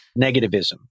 negativism